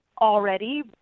already